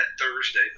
Thursday